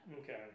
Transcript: Okay